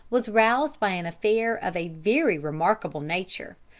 was roused by an affair of a very remarkable nature.